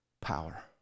power